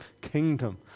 kingdom